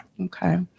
Okay